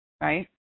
right